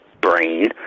brain